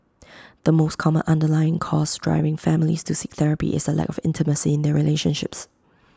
the most common underlying cause driving families to seek therapy is the lack of intimacy in their relationships